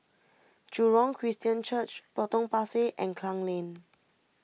Jurong Christian Church Potong Pasir and Klang Lane